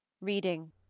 reading